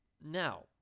Now